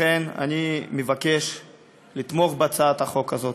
לכן אני מבקש לתמוך בהצעת החוק הזאת.